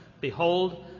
Behold